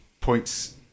points